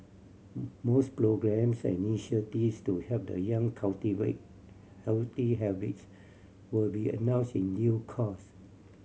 mores programmes and initiatives to help the young cultivate healthy habits will be announced in due course